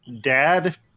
dad